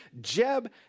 Jeb